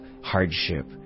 hardship